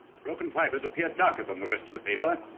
the broken fibers appear darker than the rest of the paper